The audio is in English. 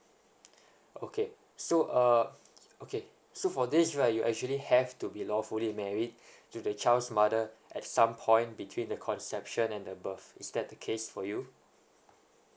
okay so uh okay so for this right you actually have to be lawfully married to the child's mother at some point between the conception and the birth is that the case for you